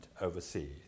overseas